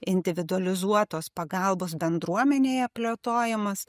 individualizuotos pagalbos bendruomenėje plėtojimas